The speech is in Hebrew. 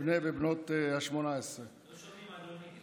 בני ובנות 18. לא שומעים, אדוני.